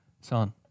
son